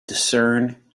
discern